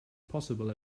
possible